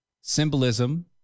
symbolism